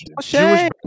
Jewish